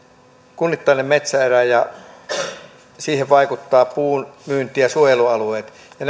kunnittainen metsäerä ja siihen vaikuttavat puun myynti ja suojelualueet ja